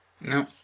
No